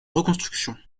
reconstruction